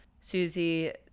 Susie